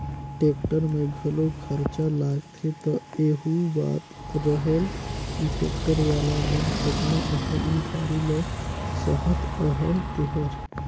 tractor में घलो खरचा लागथे त एहू बात रहेल कि टेक्टर वाला मन केतना अकन उधारी ल सहत अहें तेहर